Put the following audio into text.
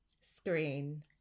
Screen